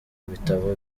bitabo